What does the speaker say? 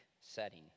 setting